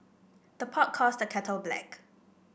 the pot calls the kettle black